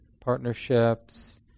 partnerships